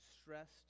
stressed